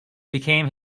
became